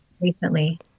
recently